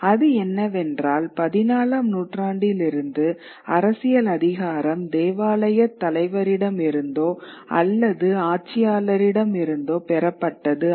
அது என்னவென்றால் 14 ஆம் நூற்றாண்டிலிருந்து அரசியல் அதிகாரம் தேவாலயத் தலைவரிடமிருந்தோ அல்லது ஆட்சியாளரிடம் இருந்தோ பெறப்பட்டது அல்ல